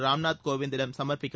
ராம்நாத் கோவிந்திடம் சமர்ப்பிக்கும்